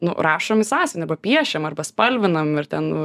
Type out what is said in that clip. nu rašom į sąsiuvinį piešiam arba spalvinam ir ten